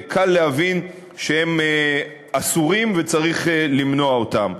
קל להבין שהם אסורים וצריך למנוע אותם.